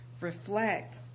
reflect